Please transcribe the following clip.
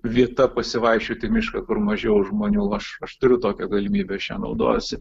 vieta pasivaikščiot į mišką kur mažiau žmonių aš aš turiu tokią galimybę aš ja naudojuosi